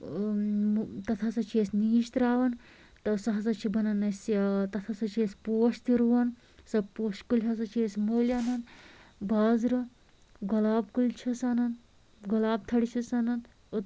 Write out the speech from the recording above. اۭں تَتھ ہسا چھِ أسۍ نیٖجۍ ترٛاوان ٲں سۄ ہسا چھِ بَنان اسہِ ٲں تَتھ ہسا چھِ أسۍ پوش تہِ رُوان سۄ پوشہٕ کُلۍ ہسا چھِ أسۍ مٔلۍ اَنان بازرٕ گۄلاب کُلۍ چھِس اَنان گۄلاب تھڑِ چھِس اَنان اور